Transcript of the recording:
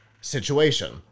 situation